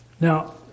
Now